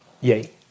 Yay